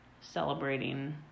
celebrating